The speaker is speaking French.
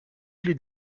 clé